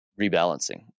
rebalancing